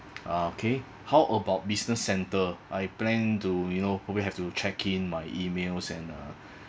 okay how about business center I plan to you know probably have to check in my emails and uh